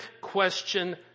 question